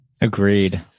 Agreed